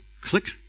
click